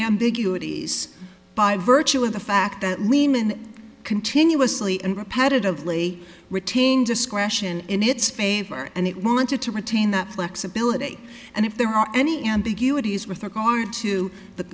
ambiguity is by virtue of the fact that lehman continuously and repetitively retained discretion in its favor and it wanted to retain that flexibility and if there are any ambiguity is with regard to the